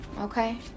okay